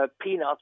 peanuts